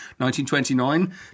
1929